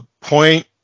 point